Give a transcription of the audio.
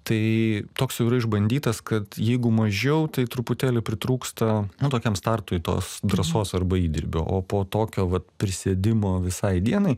tai toks jau yra išbandytas kad jeigu mažiau tai truputėlį pritrūksta nu tokiam startui tos drąsos arba įdirbio o po tokio vat prisėdimo visai dienai